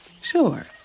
Sure